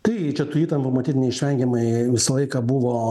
tai čia tų įtampų matyt neišvengiamai visą laiką buvo